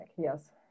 Yes